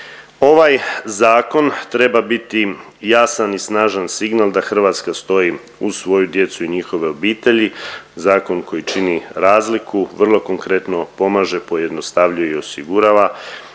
Ovaj zakon treba biti jasan i snažan signal da Hrvatska stoji uz svoju djecu i njihove obitelji, zakon koji čini razliku vrlo konkretno pomaže, pojednostavljuje i osigurava